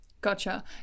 Gotcha